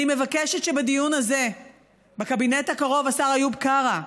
אני מבקשת שבדיון הזה בקבינט הקרוב, השר איוב קרא,